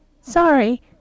Sorry